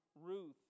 Ruth